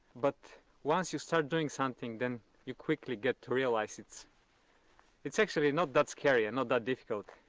but once you start doing something then you quickly get to realize it's it's actually not that scary and not that difficult.